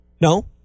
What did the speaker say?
No